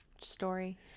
story